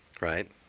right